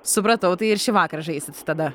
supratau tai ir šį vakarą žaisit tada